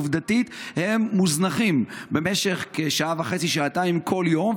עובדתית הם מוזנחים במשך כשעה וחצי-שעתיים כל יום,